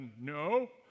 No